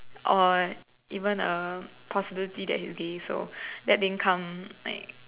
or even a possibility that he's gay so that didn't come like